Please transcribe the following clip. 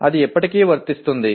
అది ఇప్పటికీ వర్తిస్తుంది